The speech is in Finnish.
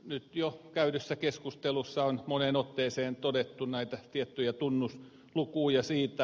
nyt jo käydyssä keskustelussa on moneen otteeseen todettu näitä tiettyjä tunnuslukuja